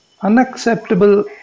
unacceptable